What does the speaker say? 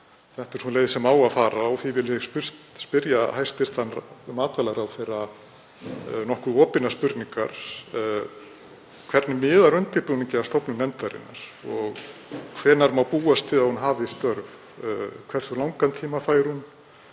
þetta er sú leið sem á að fara. Því vil ég spyrja hæstv. matvælaráðherra nokkuð opinna spurninga: Hvernig miðar undirbúningi að stofnun nefndarinnar og hvenær má búast við að hún hefji störf? Hversu langan tíma fær hún?